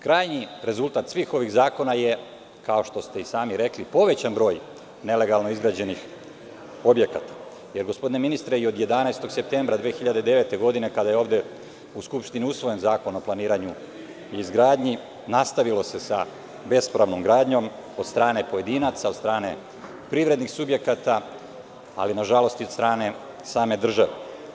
Krajnji rezultat svih ovih zakona je, kao što ste i sami rekli, povećan broj nelegalno izgrađenih objekata, jer gospodine ministre, od 11. septembra 2009. godine, kada je ovde u Skupštini usvojen Zakon o planiranju i izgradnji, nastavilo se sa bespravnom gradnjom od strane pojedinaca, od strane privrednih subjekata, ali nažalost, i od same države.